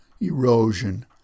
erosion